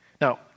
Now